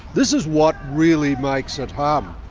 this is what really makes it hum.